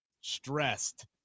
stressed